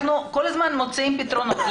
אנחנו כל הזמן מוצאים פתרונות.